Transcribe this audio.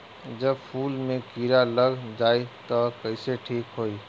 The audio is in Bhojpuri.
जब फूल मे किरा लग जाई त कइसे ठिक होई?